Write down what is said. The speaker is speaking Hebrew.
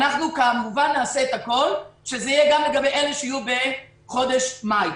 כמובן שנעשה את הכול שזה יהיה גם לגבי אלה שיהיו בחודש מאי.